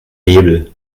hebel